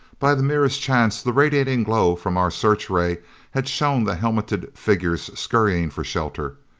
by the merest chance the radiating glow from our searchray had shown the helmeted figures scurrying for shelter.